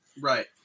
Right